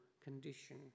condition